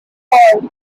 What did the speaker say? four